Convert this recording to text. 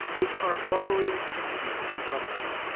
which are burrowing sea cucumbers.